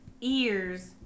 ears